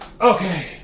Okay